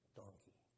donkey